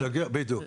בדיוק.